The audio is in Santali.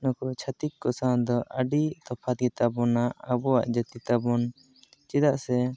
ᱱᱩᱠᱩ ᱪᱷᱟᱛᱤᱠ ᱠᱚ ᱥᱟᱶ ᱫᱚ ᱟᱹᱰᱤ ᱛᱚᱯᱷᱟᱛ ᱜᱮᱛᱟᱵᱚᱱᱟ ᱟᱵᱚᱣᱟᱜ ᱡᱟᱹᱛᱤᱛᱟᱵᱚᱱ ᱪᱮᱫᱟᱜ ᱥᱮ